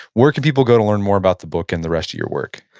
where can people go to learn more about the book and the rest of your work?